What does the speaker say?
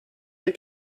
they